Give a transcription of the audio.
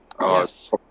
Yes